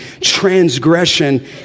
transgression